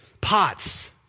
pots